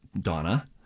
Donna